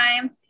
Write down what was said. time